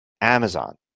Amazon